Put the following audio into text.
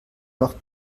noch